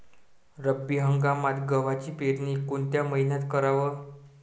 रब्बी हंगामात गव्हाची पेरनी कोनत्या मईन्यात कराव?